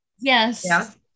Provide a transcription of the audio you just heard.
Yes